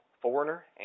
foreigner